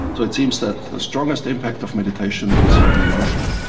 so it seems that the strongest impact of meditation is on emotion.